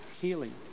healing